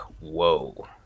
whoa